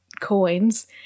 coins